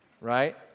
right